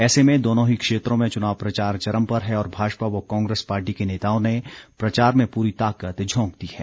ऐसे में दोनों ही क्षेत्रों में चुनाव प्रचार चरम पर है और भाजपा व कांग्रेस पार्टी के नेताओं ने प्रचार मे पूरी ताकत झोंक दी है